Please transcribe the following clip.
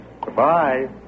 Goodbye